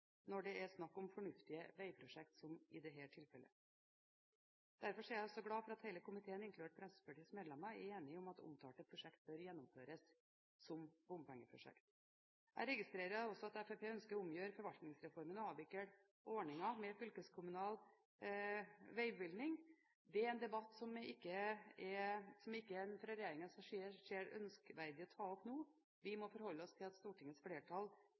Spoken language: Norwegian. når det er snakk om fornuftige veiprosjekt, som i dette tilfellet. Derfor er jeg også glad for at hele komiteen inkludert Fremskrittspartiets medlemmer er enige om at det omtalte prosjekt bør gjennomføres som bompengeprosjekt. Jeg registrerer også at Fremskrittspartiet ønsker å omgjøre forvaltningsreformen og avvikle ordningen med fylkeskommunal veibygging. Det er en debatt som en fra regjeringens side ikke ser ønskverdig å ta opp nå. Vi må forholde oss til at Stortingets flertall